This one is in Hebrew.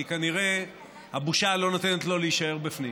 כי כנראה הבושה לא נותנת לו להישאר בפנים.